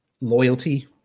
loyalty